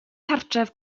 cartref